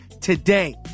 today